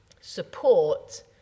support